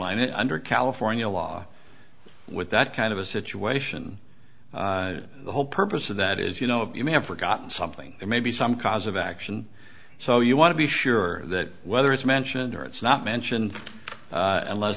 line under california law with that kind of a situation the whole purpose of that is you know you may have forgotten something or maybe some cause of action so you want to be sure that whether it's mentioned or it's not mentioned unless